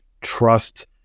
trust